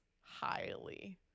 Highly